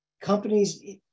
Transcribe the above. Companies